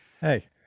hey